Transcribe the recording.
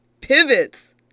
pivots